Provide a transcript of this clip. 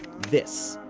this.